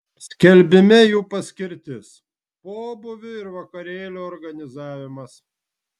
skelbime jų paskirtis pobūvių ir vakarėlių organizavimas